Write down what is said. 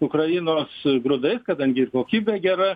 ukrainos grūdais kadangi ir kokybė gera